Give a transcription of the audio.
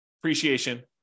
appreciation